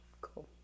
cool